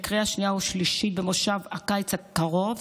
בקריאה שנייה ושלישית במושב הקיץ הקרוב,